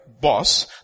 boss